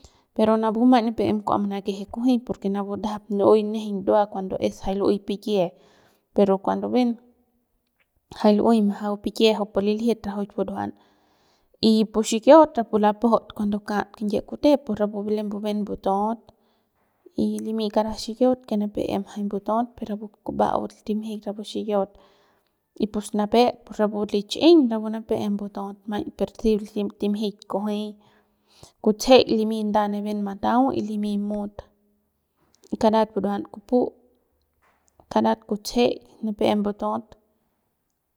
Pero napu maiñ nipep em kua manakeje kunji porque napu ndajap lu'uey nejeiñ lu'ey ndua cuando es jay lu'uey pikie pero cuando bien jay lu'uey majau pikie kujupu liljit rajuik buruan y pu xikiaut rapu lapajaut cuando ka'at kinyie kute pus rapu lembu bien buton't y limy karat xikiaut que em jay mbutaut per rapu kuba'au timjik rapu xikiaut y pus napet rapu lichiñ rapu nipep em mbataut maiñ per si timjik kujuey kutsejeik limy nda ne bien matau y limy mut y karat buruan kupu karat kutsejeik nipep em butu't.